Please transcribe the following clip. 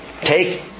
Take